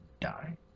die